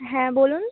হ্যাঁ বলুন